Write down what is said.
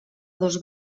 dos